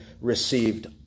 received